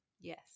Yes